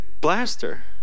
blaster